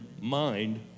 mind